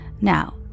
Now